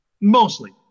Mostly